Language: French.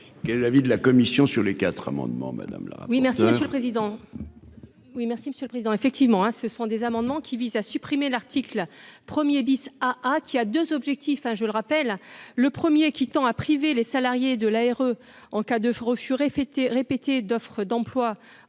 Quel est l'avis de la commission sur les quatre amendements madame là. Oui, merci